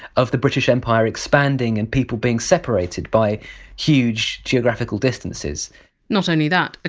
of the british empire expanding and people being separated by huge geographical distances not only that,